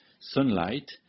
sunlight